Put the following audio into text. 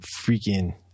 freaking